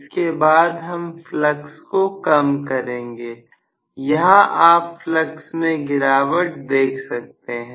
इसके बाद हम फ्लक्स को कम करेंगे यहां आप फ्लक्स में गिरावट देख सकते हैं